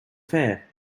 fair